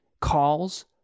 calls